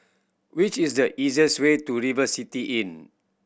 which is the easiest way to River City Inn